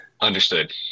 understood